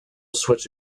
switch